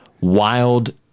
wild